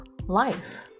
life